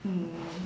mm